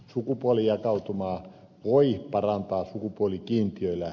sukupuolijakautumaa voi parantaa sukupuolikiintiöillä